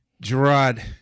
Gerard